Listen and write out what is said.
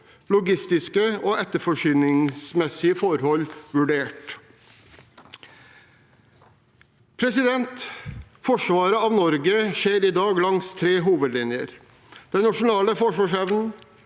logistiske forhold og etterforsyningsmessige forhold vurdert. Forsvaret av Norge skjer i dag langs tre hovedlinjer: den nasjonale forsvarsevnen,